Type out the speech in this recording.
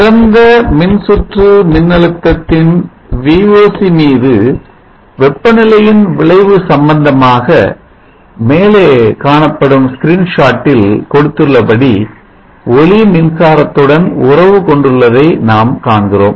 திறந்த மின்சுற்று மின்னழுத்தத்தின் Voc மீது வெப்பநிலையின் விளைவு சம்பந்தமாக மேலே காணப்படும் screenshot ல் கொடுத்துள்ளபடி ஒளி மின்சாரத்துடன் உறவு கொண்டுள்ளதை நாம் காண்கிறோம்